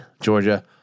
Georgia